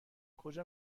کجا